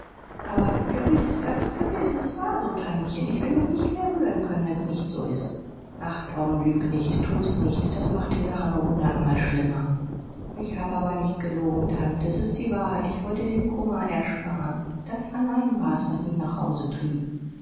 aber gewiß ganz gewiß s war so tantchen ich will mich nicht mehr rühren können wenn's nicht so ist ach tom lüg nicht tu's nicht das macht die sache nur hundertmal schlimmer ich hab aber nicht gelogen tante s ist die wahrheit ich wollt dir den kummer ersparen das allein war's was mich nach hause trieb